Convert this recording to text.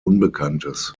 unbekanntes